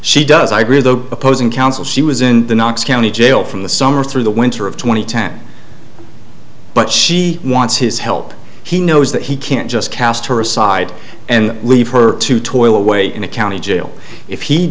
she does i read the opposing counsel she was in the knox county jail from the summer through the winter of two thousand and ten but she wants his help he knows that he can't just cast her aside and leave her to toil away in a county jail if he